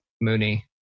Mooney